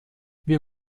wir